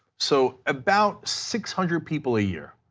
so about six hundred people a year